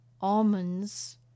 Almonds